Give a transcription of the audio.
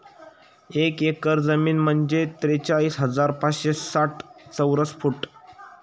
एक एकर जमीन म्हणजे त्रेचाळीस हजार पाचशे साठ चौरस फूट